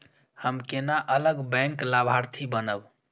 हम केना अलग बैंक लाभार्थी बनब?